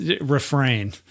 refrain